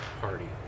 party